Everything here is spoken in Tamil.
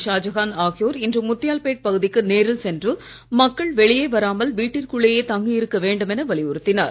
ஷாஜகான் ஆகியோர் இன்று முத்தியால்பேட் பகுதிக்கு நேரில் சென்று மக்கள் வெளியே வராமல் வீட்டிற்குள்ளேயே தங்கி இருக்க வேண்டும் என வலியுறுத்தினர்